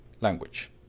language